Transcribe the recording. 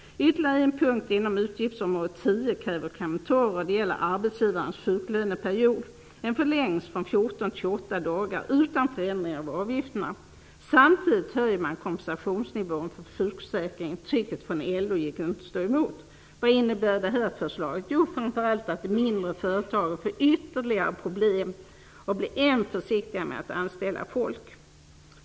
Ytterligare en punkt inom utgiftsområde 10 kräver några kommentarer. Det gäller arbetsgivarens sjuklöneperiod. Denna förlängs från 14 dagar till 28 dagar utan förändringar av avgifterna. Samtidigt höjs kompensationsnivån i sjukförsäkringen. Trycket från LO gick det inte att stå emot. Vad innebär då detta förslag? Jo, framför allt att de mindre företagen får ytterligare problem och att de blir ännu försiktigare när det gäller att anställa folk.